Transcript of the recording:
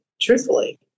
truthfully